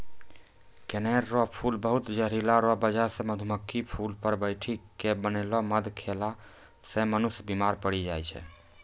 कनेर रो फूल बहुत जहरीला रो बजह से मधुमक्खी फूल पर बैठी के बनैलो मध खेला से मनुष्य बिमार पड़ी जाय छै